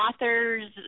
authors